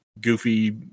goofy